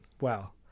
wow